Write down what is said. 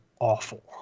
awful